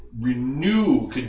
renew